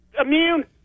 immune